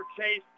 Chase